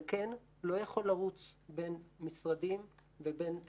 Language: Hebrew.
זקן לא יכול לרוץ בין משרדים ובין מוסדות.